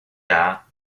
jahr